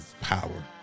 power